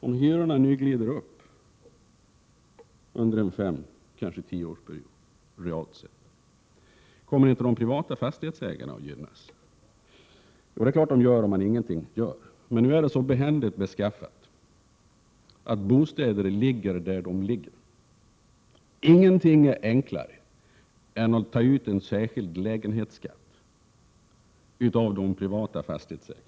Om hyrorna nu glider upp under en femeller tioårsperiod realt sett, kommer då inte de privata fastighetsägarna att gynnas? Jo, om man ingenting gör. Men nu är det så behändigt beskaffat att bostäder ligger där de ligger, och ingenting är enklare än att ta ut en särskild lägenhetsskatt av de privata fastighetsägarna.